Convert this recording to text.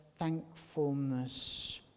thankfulness